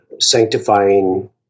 sanctifying